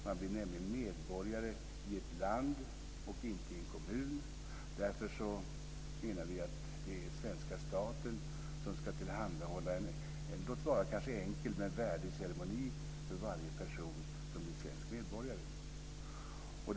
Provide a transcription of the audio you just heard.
Man blir nämligen medborgare i ett land och inte i en kommun. Därför menar vi att det är svenska staten som ska tillhandahålla en låt vara enkel men en värdig ceremoni för varje person som blir svensk medborgare.